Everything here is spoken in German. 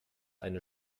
eine